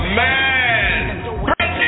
man